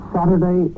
Saturday